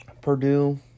Purdue